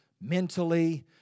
mentally